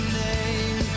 name